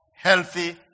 Healthy